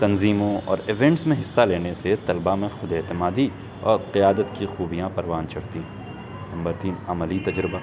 تنظیموں اور ایوینٹس میں حصہ لینے سے طلبہ میں خود اعتمادی اور قیادت کی خوبیاں پروان چڑھتی ہیں نمبر تین عملی تجربہ